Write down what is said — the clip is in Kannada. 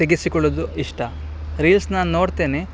ತೆಗೆಸಿಕೊಳ್ಳೋದು ಇಷ್ಟ ರೀಲ್ಸ್ ನಾನು ನೋಡ್ತೇನೆ